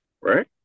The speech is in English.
Right